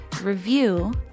review